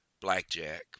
blackjack